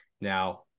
Now